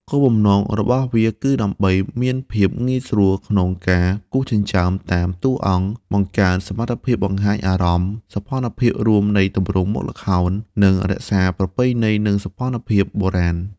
គោលបំណងរបស់វាគឺដើម្បី មានភាពងាយស្រួលក្នុងការគូរចិញ្ចើមតាមតួអង្គ បង្កើនសមត្ថភាពបង្ហាញអារម្មណ៍ សោភ័ណភាពរួមនៃទម្រង់មុខល្ខោន និងរក្សាប្រពៃណីនិងសោភ័ណភាពបុរាណ។